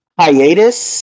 hiatus